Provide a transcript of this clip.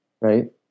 right